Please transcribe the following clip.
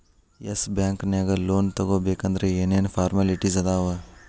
S bank ನ್ಯಾಗ್ loan ತಗೊಬೇಕಂದ್ರ ಏನೇನ್ ಫಾರ್ಮ್ಯಾಲಿಟಿಸ್ ಅದಾವ?